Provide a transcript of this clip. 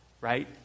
right